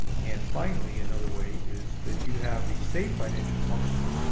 and finally another way is that you have the same financial functions,